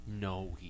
No